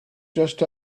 just